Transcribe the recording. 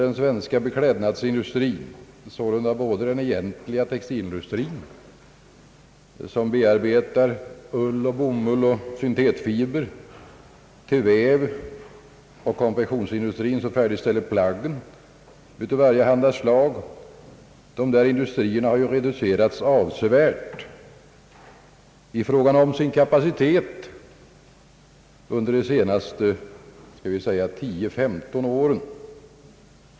Den svenska beklädnadsindustrins kapacitet har reducerats avsevärt under de senaste, skall vi säga, 10—15 åren — det gäller både den egentliga textilindustrin, som bearbetar ull, bomull och syntetfibrer till väv, och konfektionsindustrin som färdigställer plagg av varjehanda slag.